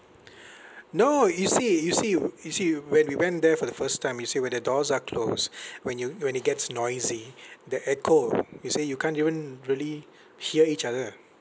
no you see you see you see when we went there for the first time you see when the doors are closed when you when it gets noisy the echo you see you can't even really hear each other